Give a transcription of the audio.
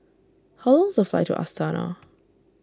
how long the flight to Astana